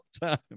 time